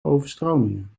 overstromingen